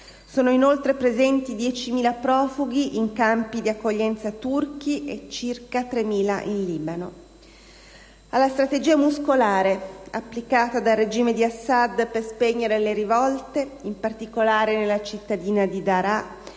sono inoltre presenti 10.000 profughi in campi di accoglienza turchi e circa 3.000 in Libano. Alla strategia muscolare applicata dal regime di Assad per spegnere le rivolte, in particolare nella cittadina di Daraa,